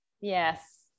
yes